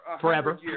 Forever